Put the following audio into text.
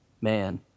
man